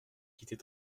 quitter